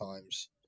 times